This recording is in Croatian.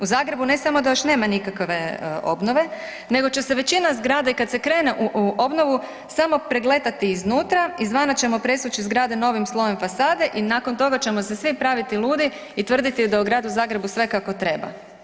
U Zagrebu ne samo da još nema nikakve obnove nego će se većina zgrada i kad se krene u obnovu samo pregletati iznutra, izvana ćemo presvući zgrade novim slojem fasade i nakon toga ćemo se svi praviti ludi i tvrditi da je u Gradu Zagrebu sve kako treba.